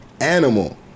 Animal